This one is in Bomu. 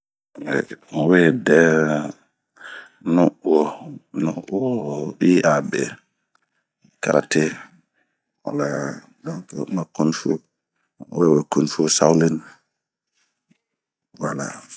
ɛh n'we dɛɛ nu uuo yia'aa be, karate, walaa donke ma kunfu n'wewe kunfu saolin ,wala